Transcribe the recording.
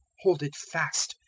hold it fast,